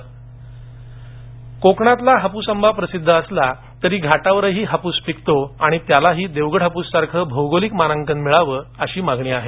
भौगोलिक मानांकन कोकणातला हापूस आंबा प्रसिद्ध असला तरी घाटावरही हापूस पिकतो आणि त्यालाही देवगड हापुस सारखं भौगोलिक मानांकन मिळावं अशी मागणी आहे